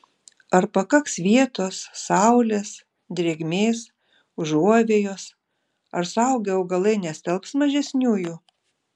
ar pakaks vietos saulės drėgmės užuovėjos ar suaugę augalai nestelbs mažesniųjų